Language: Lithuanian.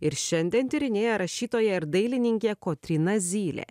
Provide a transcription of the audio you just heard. ir šiandien tyrinėja rašytoja ir dailininkė kotryna zylė